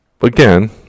again